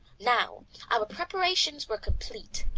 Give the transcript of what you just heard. now our preparations were complete,